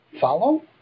Follow